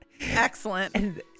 excellent